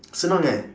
senang eh